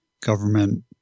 government